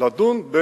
לדון,